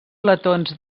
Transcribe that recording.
letons